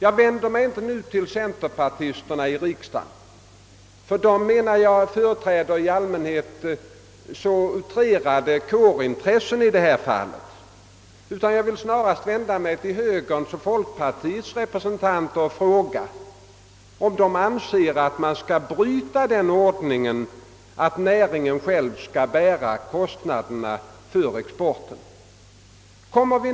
Nu vänder jag mig inte till centerpartisterna här i riksdagen, ty dem anser jag i allmänhet företräda alltför outrerade kårintressen i denna fråga. Jag vänder mig närmast till högerns och folkpartiets representanter och frågar: Anser ni att vi skall bryta den ordningen att näringen själv skall bära kostnaderna för exporten?